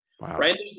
right